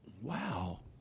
Wow